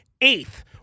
eighth